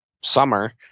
summer